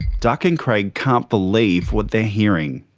duck and craig can't believe what they're hearing.